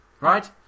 right